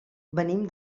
venim